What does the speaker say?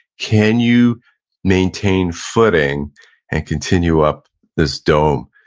can you maintain footing and continue up this dome.